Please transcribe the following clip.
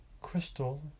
Crystal